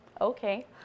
okay